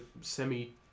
semi